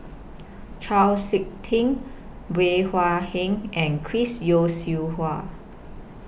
Chau Sik Ting Bey Hua Heng and Chris Yeo Siew Hua